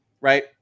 right